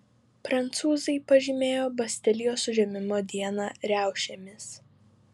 prancūzai pažymėjo bastilijos užėmimo dieną riaušėmis